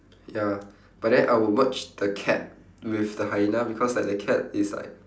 ya but then I would merge the cat with the hyena because like the cat is like